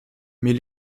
mais